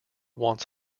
wants